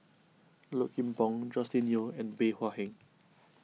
Low Kim Pong Joscelin Yeo and Bey Hua Heng